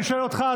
אני שואל אותך,